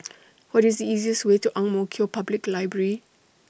What IS The easiest Way to Ang Mo Kio Public Library